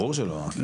ברור שלא.